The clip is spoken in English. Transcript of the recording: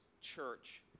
Church